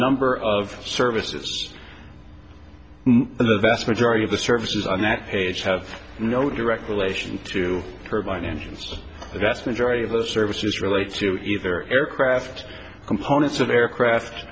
number of services in the vast majority of the services on that page have no direct relation to turbine engines the vast majority of those services relates to either aircraft components of aircraft